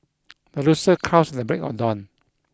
the rooster crows at the break on dawn